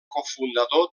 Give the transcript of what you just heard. cofundador